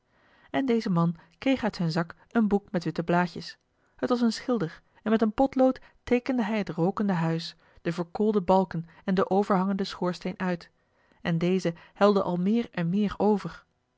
en deze man kreeg uit zijn zak een boek met witte blaadjes het was een schilder en met een potlood teekende hij het rookende huis de verkoolde balken en den overhangenden schoorsteen uit en deze helde al meer en meer over